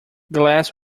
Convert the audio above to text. glass